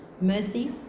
mercy